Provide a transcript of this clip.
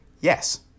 Yes